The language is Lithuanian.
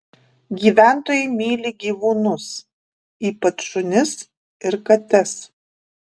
gyventojai myli gyvūnus ypač šunis ir kates